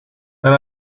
and